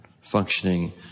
functioning